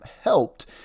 helped